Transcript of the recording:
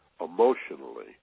emotionally